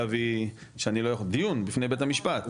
יהיה דיון בפני בית המשפט.